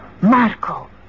Marco